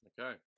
Okay